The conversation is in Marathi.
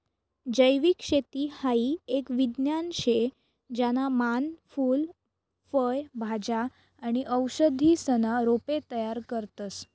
जैविक शेती हाई एक विज्ञान शे ज्याना मान फूल फय भाज्या आणि औषधीसना रोपे तयार करतस